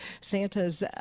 Santa's